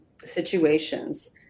situations